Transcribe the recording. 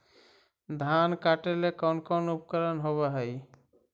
धान काटेला कौन कौन उपकरण होव हइ?